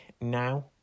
now